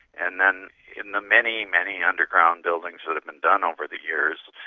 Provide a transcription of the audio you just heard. and then in the many, many underground buildings that have been done over the years,